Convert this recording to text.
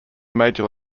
major